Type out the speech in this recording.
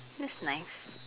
that's nice